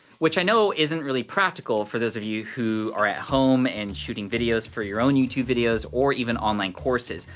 which i know isn't really practical for those of you who are at home and shooting videos for your own youtube videos, or even online courses.